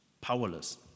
powerless